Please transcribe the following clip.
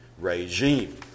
regime